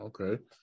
Okay